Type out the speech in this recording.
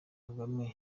kagame